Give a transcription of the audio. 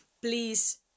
please